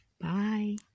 bye